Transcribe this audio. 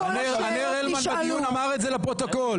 ענר הלמן בדין אמר את זה לפרוטוקול.